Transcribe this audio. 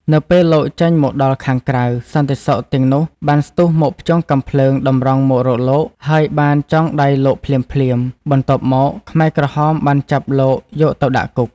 នៅពេលលោកចេញមកដល់ខាងក្រៅ សន្តិសុខទាំងនោះបានស្ទុះមកភ្ជង់កាំភ្លើងតម្រង់មករកលោក ហើយបានចងដៃលោកភ្លាមៗ បន្ទាប់មក ខ្មែរក្រហមបានចាប់លោកយកទៅដាក់គុក។